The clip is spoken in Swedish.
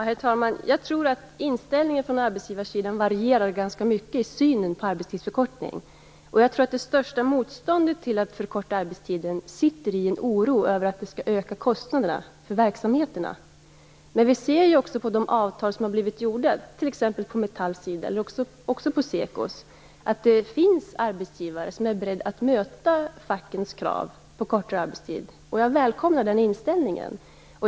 Herr talman! Jag tror att inställningen från arbetsgivarsidan varierar ganska mycket i synen på arbetstidsförkortning. Det största motståndet till att förkorta arbetstiden tror jag sitter i en oro över att det skall öka kostnaderna för verksamheterna. Vi ser ju på de avtal som träffats, t.ex. med Metall och SEKO, att det finns arbetsgivare som är beredda att möta fackens krav på kortare arbetstid, och jag välkomnar den inställningen.